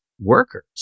workers